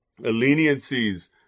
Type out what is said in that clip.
leniencies